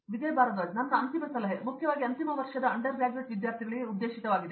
ವಿಜಯ್ ಭಾರದ್ವಾಜ್ ನನ್ನ ಅಂತಿಮ ಸಲಹೆ ಮುಖ್ಯವಾಗಿ ಅಂತಿಮ ವರ್ಷದ ಅಂಡರ್ಗ್ರಾಡ್ ವಿದ್ಯಾರ್ಥಿಗಳಿಗೆ ಉದ್ದೇಶವಾಗಿದೆ